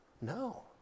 No